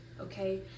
okay